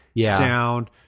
sound